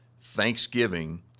Thanksgiving